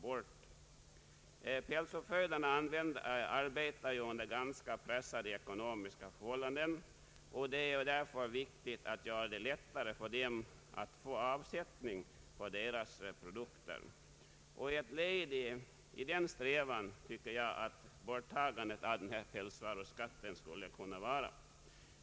Pälsdjursuppfödarna arbetar under ganska pressade ekonomiska förhållanden, och det är därför viktigt att göra det lättare för dem att få avsättning för sina produkter. Ett led i denna strävan tycker jag att slopandet av pälsvaruskatten skulle kunna vara.